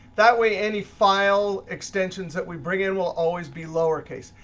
that way, any file extensions that we bring in will always be lowercase.